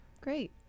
great